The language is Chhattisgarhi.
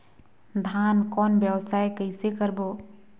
धान कौन व्यवसाय कइसे करबो?